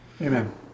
Amen